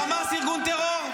חמאס הוא ארגון טרור?